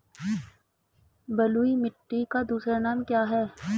बलुई मिट्टी का दूसरा नाम क्या है?